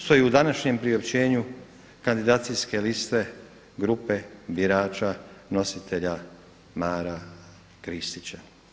Stoji u današnjem priopćenju kandidacijske liste grupe birača nositelja Mara Kristića.